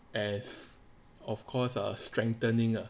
as of course are strengthening ah